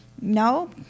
No